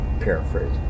paraphrase